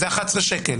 זה 11 שקל.